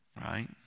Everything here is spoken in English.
right